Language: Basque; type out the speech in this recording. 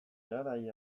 garai